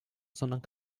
sondern